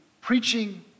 preaching